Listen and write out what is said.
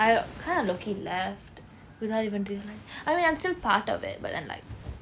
I kind of lowkey left without even doing I mean I'm still part of it but then like